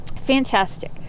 Fantastic